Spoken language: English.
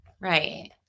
Right